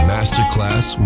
Masterclass